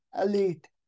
elite